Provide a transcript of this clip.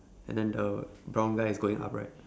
and then the brown guy is going up right